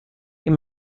این